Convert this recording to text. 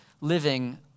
living